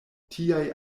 tiaj